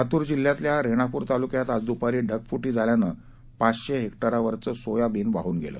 लातर जिल्ह्यातील रेणापर तालक्यात आज दपारी ढगफीी झाल्यानं पाचशे हेक रोवरचं सोयाबीन वाहन गेलं